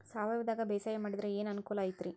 ಸಾವಯವದಾಗಾ ಬ್ಯಾಸಾಯಾ ಮಾಡಿದ್ರ ಏನ್ ಅನುಕೂಲ ಐತ್ರೇ?